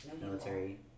Military